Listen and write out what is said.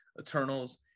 Eternals